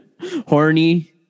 Horny